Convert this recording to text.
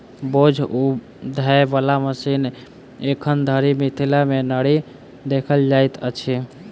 बोझ उघै बला मशीन एखन धरि मिथिला मे नहि देखल जाइत अछि